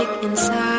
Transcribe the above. Inside